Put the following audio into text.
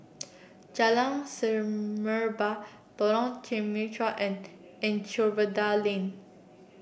Jalan Semerbak Lorong Temechut and Anchorvale Lane